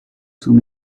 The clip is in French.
sous